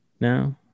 now